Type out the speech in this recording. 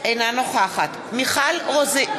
אינה נוכחת מיכל רוזין,